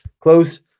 close